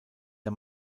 der